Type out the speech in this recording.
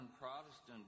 Protestant